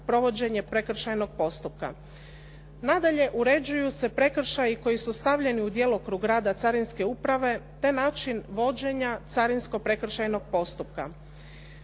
provođenje prekršajnog postupka. Nadalje, uređuju se prekršaji koji su stavljeni u djelokrug rada carinske uprave te način vođenja carinsko prekršajnog postupka.